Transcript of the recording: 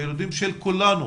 מהילדים של כולנו